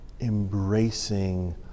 embracing